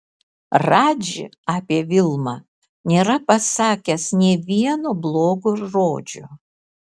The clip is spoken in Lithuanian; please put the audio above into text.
radži apie vilmą nėra pasakęs nė vieno blogo žodžio